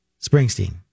Springsteen